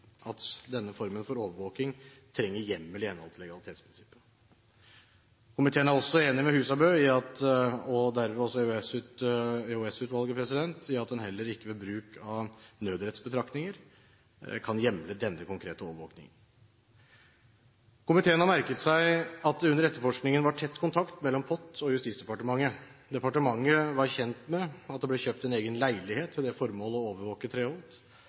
at denne formen for overvåking trenger hjemmel i henhold til legalitetsprinsippet. Komiteen er også enig med Husabø – og dermed også med EOS-utvalget – i at en heller ikke ved bruk av nødrettsbetraktninger kan hjemle denne konkrete overvåkingen. Komiteen har merket seg at det under etterforskningen var tett kontakt mellom POT og Justisdepartementet. Departementet var kjent med at det ble kjøpt en egen leilighet til det formål å overvåke Treholt,